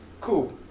Cool